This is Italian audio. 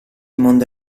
mondo